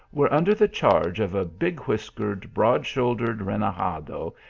were under the charge of a big-whiskered, broad-shouldered renegado,